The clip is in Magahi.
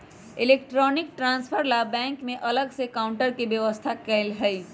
एलेक्ट्रानिक ट्रान्सफर ला बैंक में अलग से काउंटर के व्यवस्था कएल हई